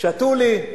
שתו לי,